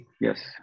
yes